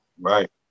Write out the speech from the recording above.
Right